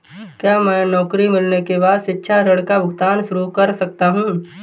क्या मैं नौकरी मिलने के बाद शिक्षा ऋण का भुगतान शुरू कर सकता हूँ?